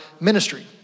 ministry